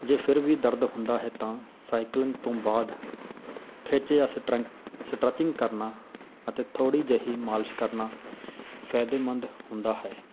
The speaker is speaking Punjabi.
ਜੇ ਫਿਰ ਵੀ ਦਰਦ ਹੁੰਦਾ ਹੈ ਤਾਂ ਸਾਈਕਲਿੰਗ ਤੋਂ ਬਾਅਦ ਖਿੱਚ ਜਾਂ ਸਟਰ ਸਟਰਚਿੰਗ ਕਰਨਾ ਅਤੇ ਥੋੜ੍ਹੀ ਜਿਹੀ ਮਾਲਿਸ਼ ਕਰਨਾ ਫਾਇਦੇਮੰਦ ਹੁੰਦਾ ਹੈ